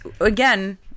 again